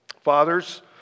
Fathers